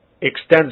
extends